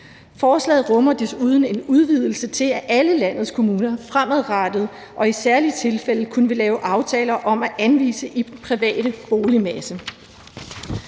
Forslaget rummer desuden en udvidelse til, at alle landets kommuner fremadrettet og i særlige tilfælde vil kunne lave aftaler om at anvise i privat boligmasse,